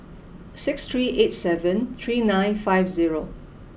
six three eight seven three nine five zero